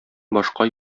башка